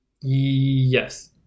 Yes